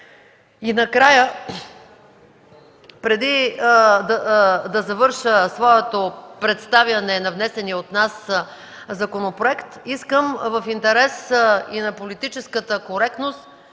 И накрая, преди да завърша своето представяне на внесения от нас законопроект, искам в интерес и на политическата коректност,